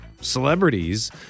celebrities